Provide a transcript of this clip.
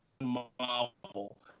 Marvel